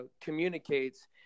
communicates